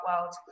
world